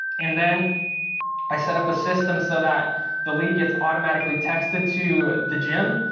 and then i set up a system so that the lead gets automatically texted to the gym.